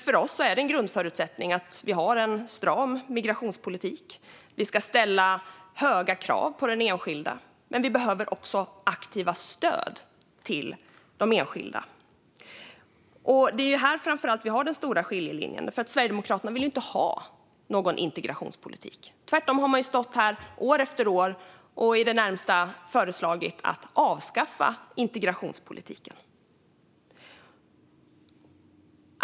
För oss är det en grundförutsättning att migrationspolitiken är stram. Vi ska ställa höga krav på den enskilda, men vi behöver också ge aktivt stöd till den enskilda. Det är här vi har den stora skiljelinjen. Sverigedemokraterna vill inte ha en integrationspolitik. Tvärtom har man stått här, år efter år, och i det närmaste föreslagit att integrationspolitiken ska avskaffas.